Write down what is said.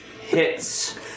Hits